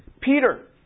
Peter